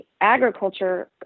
agriculture